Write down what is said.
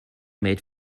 made